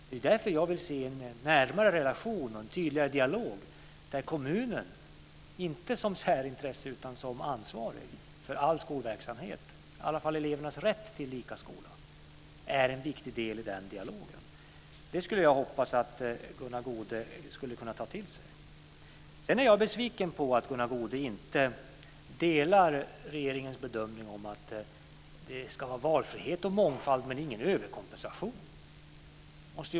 Det är därför som jag vill se en närmare relation och en tydligare dialog, där kommunen inte som särintresse utan som ansvarig för all skolverksamhet, i alla fall för elevernas rätt till en likvärdig skola, står för en viktig del. Jag hoppas att Gunnar Goude skulle kunna ta till sig detta. Jag är vidare besviken på att Gunnar Goude inte delar regeringens bedömning att det ska vara valfrihet och mångfald men ingen överkompensation.